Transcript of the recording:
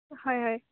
হয় হয়